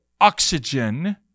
oxygen